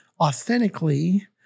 authentically